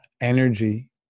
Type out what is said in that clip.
energy